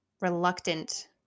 reluctant